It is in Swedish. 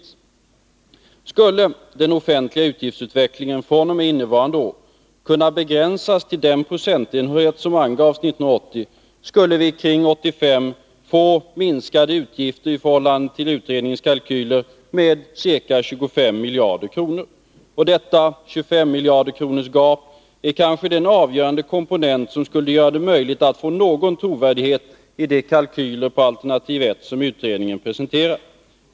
Skulle den offentliga utgiftsutvecklingen fr.o.m. innevarande år kunna begränsas till den procentenhet som avgavs 1980 skulle vi kring 1985 få minskade utgifter i förhållande till utredningens kalkyler med ca 25 miljarder kronor. Detta 25-miljarderkronorsgap kanske är den avgörande komponent som skulle göra det möjligt att få någon trovärdighet i de kalkyler för alternativ 1 som utredningen presenterar.